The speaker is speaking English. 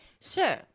Sure